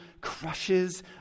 crushes